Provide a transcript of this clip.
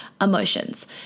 emotions